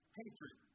hatred